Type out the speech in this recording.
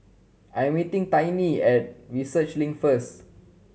I'm meeting Tiny at Research Link first